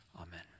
Amen